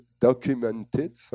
documented